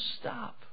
stop